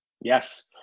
Yes